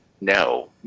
No